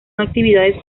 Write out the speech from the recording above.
actividades